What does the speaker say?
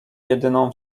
jedyną